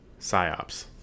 psyops